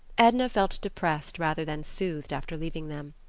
edna felt depressed rather than soothed after leaving them.